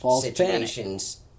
situations